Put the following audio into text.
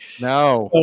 No